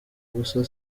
gusa